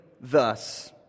thus